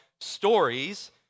stories